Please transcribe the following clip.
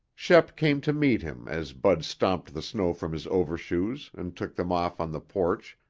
shep came to meet him as bud stomped the snow from his overshoes and took them off on the porch,